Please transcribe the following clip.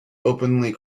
openly